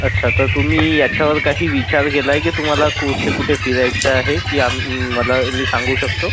अच्छा तर तुम्ही याच्यावर काही विचार केला आहे की तुम्हाला कुठे कुठे फिरायचं आहे की आम मला मी सांगू शकतो